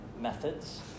methods